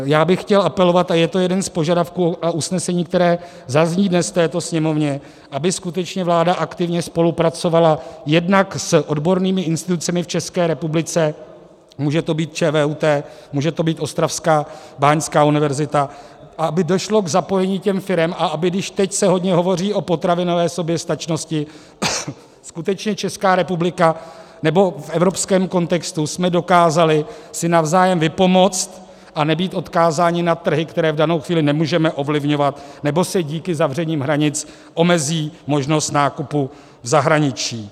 Já bych chtěl apelovat a je to jeden z požadavků a usnesení, které dnes zazní v této Sněmovně aby skutečně vláda aktivně spolupracovala jednak s odbornými institucemi v České republice, může to být ČVUT, může to být ostravská báňská univerzita, aby došlo k zapojení těch firem a aby, když teď se hodně hovoří o potravinové soběstačnosti, skutečně Česká republika nebo v evropském kontextu jsme dokázali si navzájem vypomoci a nebýt odkázáni na trhy, které v danou chvíli nemůžeme ovlivňovat, nebo se díky zavření hranic omezí možnost nákupu v zahraničí.